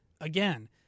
Again